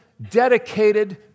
dedicated